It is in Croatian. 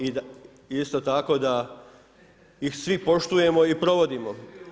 Isto tako da ih svi poštujemo i provodimo.